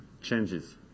changes